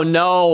no